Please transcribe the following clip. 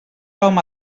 home